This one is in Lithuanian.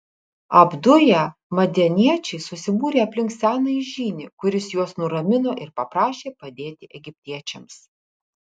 apduję madianiečiai susibūrė aplink senąjį žynį kuris juos nuramino ir paprašė padėti egiptiečiams